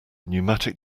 pneumatic